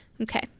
Okay